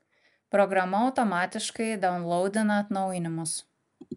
programa automatiškai daunlaudina atnaujinimus